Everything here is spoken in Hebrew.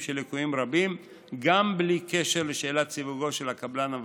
של ליקויים רבים גם בלי קשר לשאלת סיווגו של הקבלן המבצע.